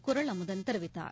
குறள் அமுதன் தெரிவித்தார்